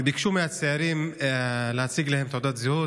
וביקשו מהצעירים להציג להם תעודת זהות